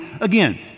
again